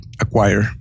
acquire